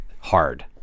hard